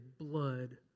blood